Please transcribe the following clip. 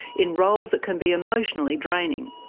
in roles that can be emotionally draining,